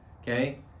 okay